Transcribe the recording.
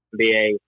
NBA